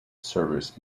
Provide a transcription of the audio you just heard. service